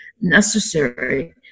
necessary